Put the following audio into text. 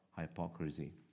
hypocrisy